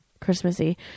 Christmassy